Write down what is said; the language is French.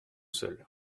seul